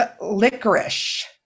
licorice